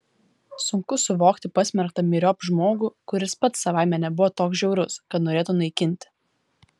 sunku suvokti pasmerktą myriop žmogų kuris pats savaime nebuvo toks žiaurus kad norėtų naikinti